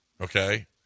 Okay